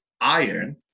iron